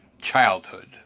childhood